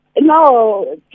No